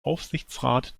aufsichtsrat